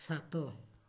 ସାତ